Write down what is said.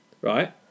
right